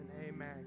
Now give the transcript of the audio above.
amen